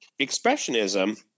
expressionism